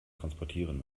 transportieren